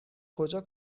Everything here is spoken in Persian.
کجا